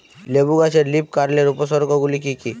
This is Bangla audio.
লেবু গাছে লীফকার্লের উপসর্গ গুলি কি কী?